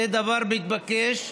זה דבר מתבקש.